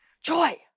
Joy